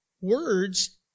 words